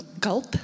gulp